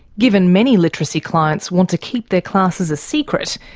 given many literacy clients want to keep their classes a secret,